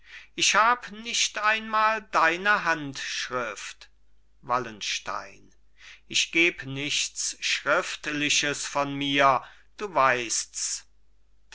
ich hab nicht einmal deine handschrift wallenstein ich geb nichts schriftliches von mir du weißts